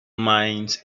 mines